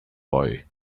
boy